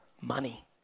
money